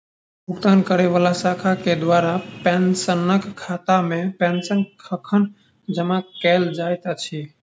भुगतान करै वला शाखा केँ द्वारा पेंशनरक खातामे पेंशन कखन जमा कैल जाइत अछि